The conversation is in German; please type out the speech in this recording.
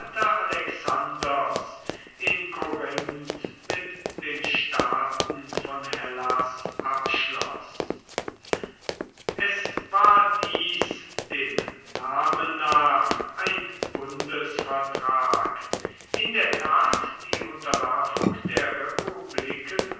alexanders in korinth mit den staaten von hellas abschloß es war dies dem namen nach ein bundesvertrag in der tat die unterwerfung der republiken